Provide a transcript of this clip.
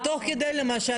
ותוך כדי למשל,